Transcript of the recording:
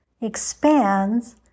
expands